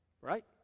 Right